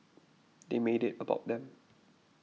they made it about them